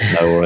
No